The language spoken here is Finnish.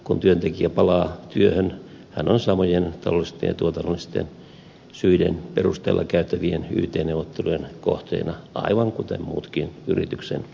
kun työntekijä palaa työhön hän on samojen taloudellisten ja tuotannollisten syiden perusteella käytävien yt neuvottelujen kohteena kuin muutkin yrityksen työntekijät